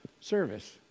service